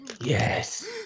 Yes